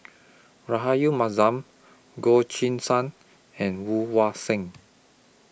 Rahayu Mahzam Goh Choo San and Woon Wah Siang